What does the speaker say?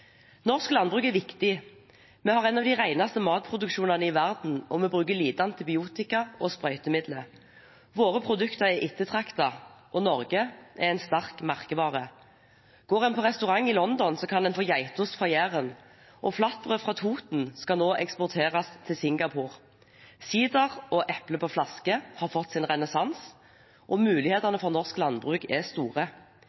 Norsk landbruk er viktig. Vi har en av de reneste matproduksjonene i verden, og vi bruker lite antibiotika og sprøytemidler. Våre produkter er ettertraktet, og Norge er en sterk merkevare. Går man på restaurant i London, kan en få geitost fra Jæren, og flatbrød fra Toten skal nå eksporteres til Singapore. Sider og eple på flaske har fått sin renessanse. Mulighetene for norsk landbruk er store. Vi må sammen løfte matpolitikken og